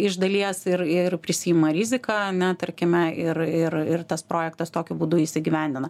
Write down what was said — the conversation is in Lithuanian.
iš dalies ir ir prisiima riziką ane tarkime ir ir ir tas projektas tokiu būdu įsigyvendina